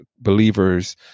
believers